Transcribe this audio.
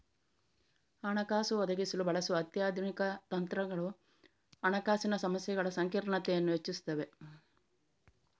ಹಣಕಾಸು ಒದಗಿಸಲು ಬಳಸುವ ಅತ್ಯಾಧುನಿಕ ತಂತ್ರಗಳು ಹಣಕಾಸಿನ ಸಮಸ್ಯೆಗಳ ಸಂಕೀರ್ಣತೆಯನ್ನು ಹೆಚ್ಚಿಸುತ್ತವೆ